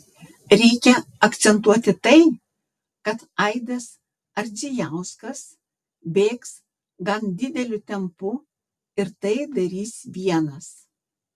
reikia akcentuoti tai kad aidas ardzijauskas bėgs gan dideliu tempu ir tai darys vienas